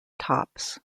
tops